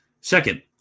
Second